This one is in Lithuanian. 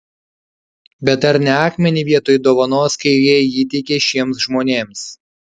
bet ar ne akmenį vietoj dovanos kairieji įteikė šiems žmonėms